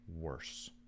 worse